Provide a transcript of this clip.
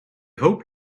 hope